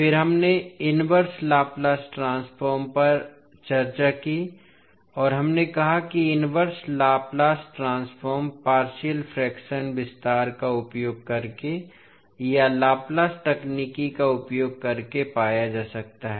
फिर हमने inverse Laplace transform पर चर्चा की और हमने कहा कि inverse Laplace transform partial fraction विस्तार का उपयोग करके या लाप्लास तकनीक का उपयोग करके पाया जा सकता है